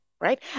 right